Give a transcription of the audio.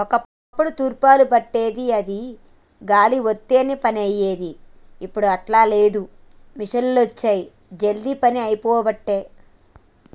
ఒక్కప్పుడు తూర్పార బట్టేది అది గాలి వత్తనే పని అయ్యేది, ఇప్పుడు అట్లా లేదు మిషిండ్లొచ్చి జల్దీ పని అయిపోబట్టే